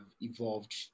evolved